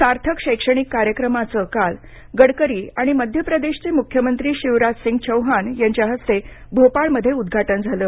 सार्थक शैक्षणिक कार्यक्रमाचं काल गडकरी आणि मध्य प्रदेशचे मुख्यमंत्री शिवराजसिंग चौहान यांच्या हस्ते भोपाळमध्ये उद्घाटन झालं